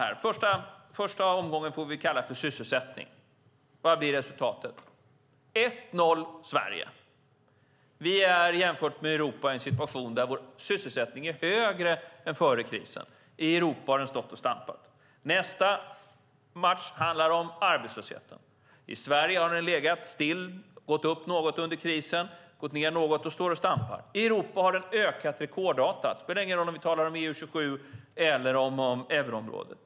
Den första omgången får vi kalla sysselsättning. Vad blir resultatet? Det blir 1-0 till Sverige. Vi är jämfört med Europa i en situation där vår sysselsättning är högre än före krisen. I Europa har den stått och stampat. Nästa match handlar om arbetslösheten. I Sverige har den legat still, gått upp något under krisen, gått ned något och står och stampar. I Europa har den ökat rekordartat. Det spelar ingen roll om vi talar om EU-27 eller om euroområdet.